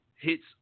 Hits